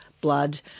blood